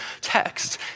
text